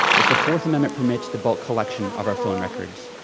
if the fourth amendment permits the bulk collection of our phone records,